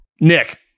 Nick